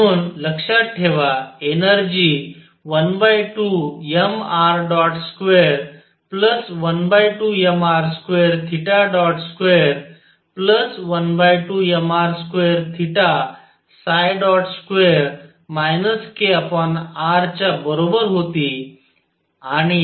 म्हणून लक्षात ठेवा एनर्जी 12mr212mr2212mr22 kr च्या बरोबर होती